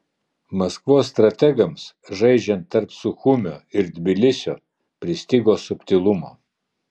maskvos strategams žaidžiant tarp suchumio ir tbilisio pristigo subtilumo